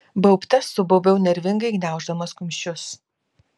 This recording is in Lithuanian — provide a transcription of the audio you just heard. baubte subaubiau nervingai gniauždamas kumščius